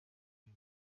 ibi